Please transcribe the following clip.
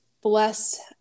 Bless